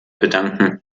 bedanken